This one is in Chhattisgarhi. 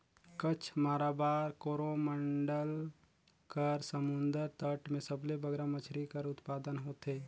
कच्छ, माराबार, कोरोमंडल कर समुंदर तट में सबले बगरा मछरी कर उत्पादन होथे